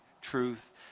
truth